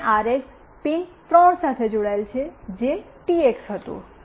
અને RX pin 3 સાથે જોડાયેલ છે જે ટીએક્સ હતું